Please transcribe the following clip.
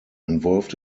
involved